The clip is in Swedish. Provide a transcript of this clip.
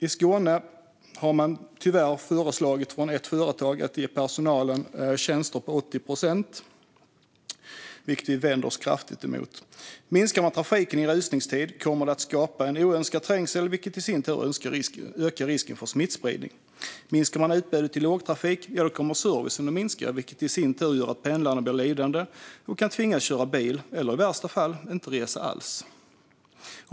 I Skåne har ett företag tyvärr föreslagit att ge personalen tjänster om 80 procent, vilket vi kraftigt vänder oss emot. Minskar man trafiken i rusningstid kommer det att skapa en oönskad trängsel, vilket i sin tur ökar risken för smittspridning. Minskar man utbudet i lågtrafik kommer servicen att minska, vilket i sin tur gör att pendlarna blir lidande och kan tvingas att köra bil eller i värsta fall inte resa alls.